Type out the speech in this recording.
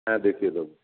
হ্যাঁ দেখিয়ে দেবো